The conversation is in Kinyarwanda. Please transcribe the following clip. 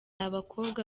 abakobwa